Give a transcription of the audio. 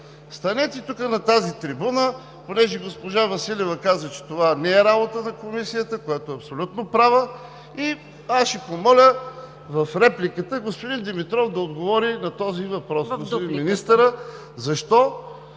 Станете тук на тази трибуна, тъй като госпожа Василева каза, че това не е работа на Комисията, за което е абсолютно права, и аз ще помоля в репликата господин Димитров да отговори на този въпрос…